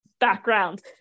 background